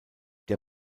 der